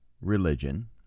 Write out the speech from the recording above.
religion